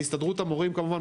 והסתדרות המורים כמובן,